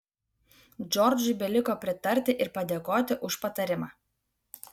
džordžui beliko pritarti ir padėkoti už patarimą